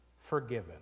Forgiven